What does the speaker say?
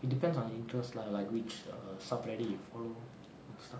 it depends on the interest lah like which err sub reddit you follow and stuff